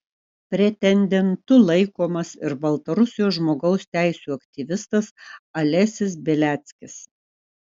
pretendentu laikomas ir baltarusijos žmogaus teisių aktyvistas alesis beliackis